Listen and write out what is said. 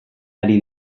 ari